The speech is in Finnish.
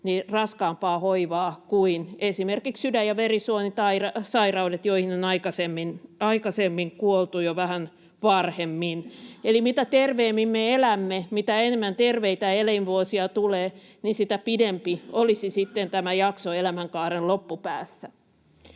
juuri näin!] kuin esimerkiksi sydän- ja verisuonisairaudet, joihin on aikaisemmin kuoltu jo vähän varhemmin. Eli mitä terveemmin me elämme, mitä enemmän terveitä elinvuosia tulee, niin sitä pidempi olisi sitten tämä jakso elämänkaaren loppupäässä.